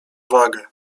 wagę